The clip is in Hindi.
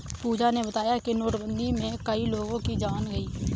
पूजा ने बताया कि नोटबंदी में कई लोगों की जान गई